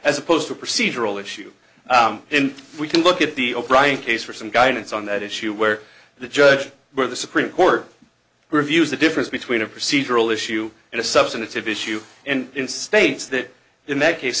as opposed to procedural issue and we can look at the o'brien case for some guidance on that issue where the judge where the supreme court reviews the difference between a procedural issue and a substantive issue and in states that in that case